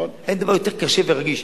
אין דבר יותר קשה ורגיש.